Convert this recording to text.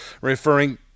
referring